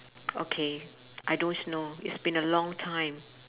okay I don't know it's been a long time